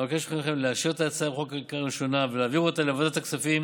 אבקש מכם לאשר את הצעת החוק בקריאה ראשונה ולהעביר אותה לוועדת הכספים